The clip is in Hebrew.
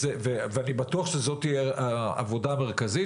ואני בטוח שזו תהיה העבודה המרכזית